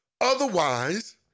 Otherwise